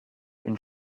une